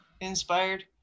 inspired